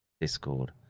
discord